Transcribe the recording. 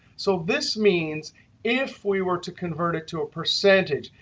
so this means if we were to convert it to a percentage,